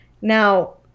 Now